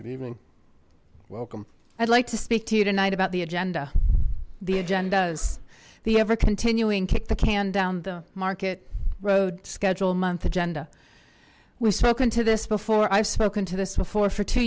a welcome i'd like to speak to you tonight about the agenda the agenda the ever continuing kick the can down the market road schedule month agenda we've spoken to this before i've spoken to this before for two